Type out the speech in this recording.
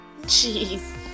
Jeez